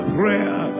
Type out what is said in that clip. prayer